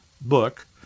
book